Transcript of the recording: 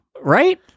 Right